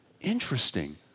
Interesting